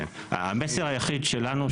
המסר היחיד שלנו,